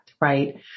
right